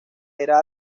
era